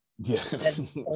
Yes